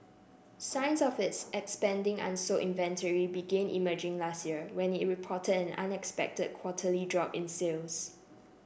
signs of its expanding unsold inventory began emerging last year when it reported an unexpected quarterly drop in sales